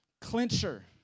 clincher